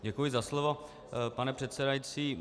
Děkuji za slovo, pane předsedající.